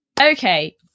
okay